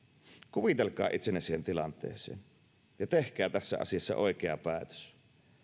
kuvitelkaa itsenne siihen tilanteeseen ja tehkää tässä asiassa oikea päätös